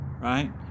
right